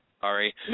sorry